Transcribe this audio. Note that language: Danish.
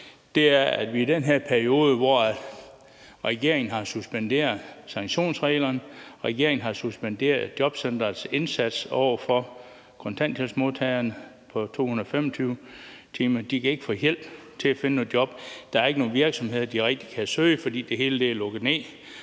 arbejde. Men i den her periode, hvor regeringen har suspenderet sanktionsreglerne, hvor regeringen har suspenderet jobcenterets indsats over for kontanthjælpsmodtagerne på 225-timersreglen – de kan ikke få hjælp til at finde noget job, der er ikke rigtig nogen virksomheder, hvor de kan søge arbejde, fordi det hele er lukket ned,